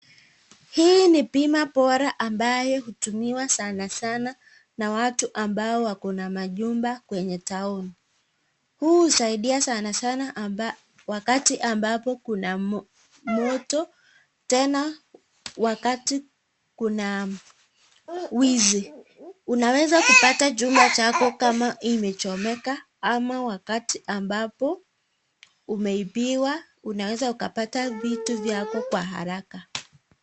Hii ni bima bora ambayo hutumiwa sana sana na watu ambao wako na manyumba kwenye tauni. Huu husaidia sana sana wakati ambapo kuna moto tena wakati kuna wizi unaweza kupata chumba chako kama imechomeka ama wakati ambapo umeibiwa unaweza ukapata vitu vyako kwa haraka.